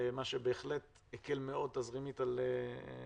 מה שבהחלט הקל מאוד תזרימית על העסקים.